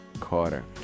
Carter